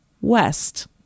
West